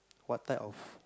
what type of